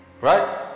right